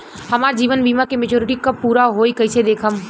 हमार जीवन बीमा के मेचीयोरिटी कब पूरा होई कईसे देखम्?